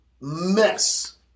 mess